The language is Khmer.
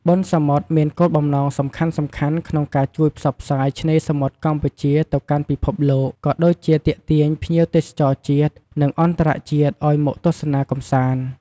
បុណ្យសមុទ្រមានគោលបំណងសំខាន់ៗ ក្នុងការជួយផ្សព្វផ្សាយឆ្នេរសមុទ្រកម្ពុជាទៅកាន់ពិភពលោក ក៏ដូចជាទាក់ទាញភ្ញៀវទេសចរជាតិ និងអន្តរជាតិឱ្យមកទស្សនាកម្សាន្ត។